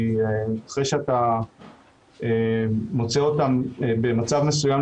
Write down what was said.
כי אחרי שאתה מוצא אותם במצב מסוים,